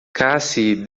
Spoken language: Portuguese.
cassie